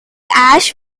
ash